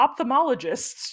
Ophthalmologists